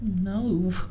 No